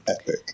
epic